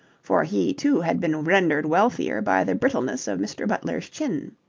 for he, too, had been rendered wealthier by the brittleness of mr. butler's chin.